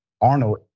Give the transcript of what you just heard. Arnold